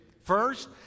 First